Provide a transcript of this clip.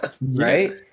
right